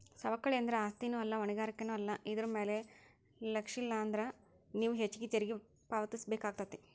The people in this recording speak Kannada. ಸವಕಳಿ ಅಂದ್ರ ಆಸ್ತಿನೂ ಅಲ್ಲಾ ಹೊಣೆಗಾರಿಕೆನೂ ಅಲ್ಲಾ ಇದರ್ ಮ್ಯಾಲೆ ಲಕ್ಷಿಲ್ಲಾನ್ದ್ರ ನೇವು ಹೆಚ್ಚು ತೆರಿಗಿ ಪಾವತಿಸಬೇಕಾಕ್ಕೇತಿ